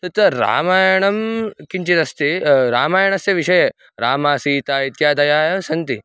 तत्तु रामायणं किञ्चिदस्ति रामायणस्य विषये रामः सीता इत्यादः ये सन्ति